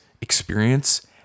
experience